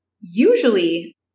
usually